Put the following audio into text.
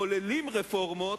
מחוללים רפורמות,